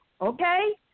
Okay